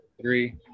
three